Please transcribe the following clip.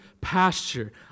pasture